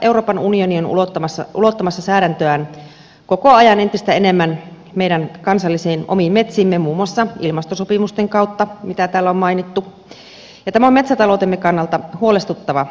euroopan unioni on ulottamassa säädäntöään koko ajan entistä enemmän meidän kansallisiin omiin metsiimme muun muassa ilmastosopimusten kautta mitä täällä on mainittu ja tämä on metsätaloutemme kannalta huolestuttava kehitys